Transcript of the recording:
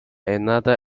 another